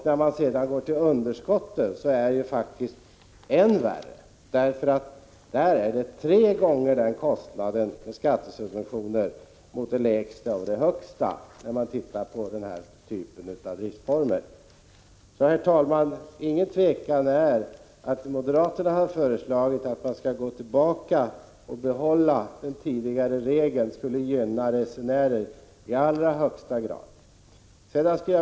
När man sedan går till underskotten så är det faktiskt än värre. Man finner att kostnaden för skattesubventioner där är tre gånger så hög, när man ser på den här typen av driftsformer. Herr talman! Det råder inget tvivel om att vad moderaterna har föreslagit — att man skall gå tillbaka till den tidigare regeln — skulle gynna resenärerna i allra högsta grad.